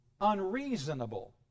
unreasonable